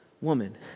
woman